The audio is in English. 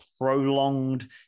prolonged